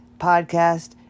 podcast